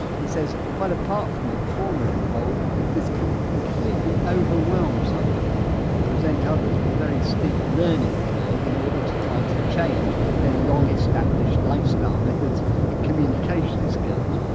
he says quite apart from the trauma involved this can completely overwhelm some people and present others with a very steep learning curve in order to try to change their long-established lifestyle methods and communication skills.